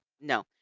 No